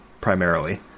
primarily